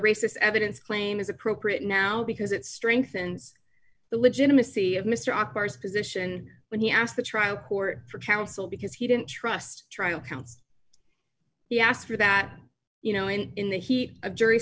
racist evidence claim is appropriate now because it strengthens the legitimacy of mr akbar's position when he asked the trial court for counsel because he didn't trust trial counts he asked for that you know and in the heat of jury